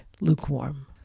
lukewarm